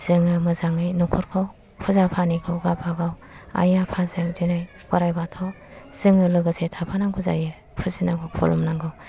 जोङो मोजाङै न'खरखौ पुजा फानिखौ गावबा गाव आइ आफाजों बिदिनो बोराइ बाथौ जोङो लोगोसे थाफानांगौ जायो फुजिनांगौ खुलुमनांगौ